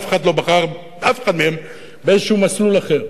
אף אחד מהם לא בחר באיזה מסלול אחר.